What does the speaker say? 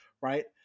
right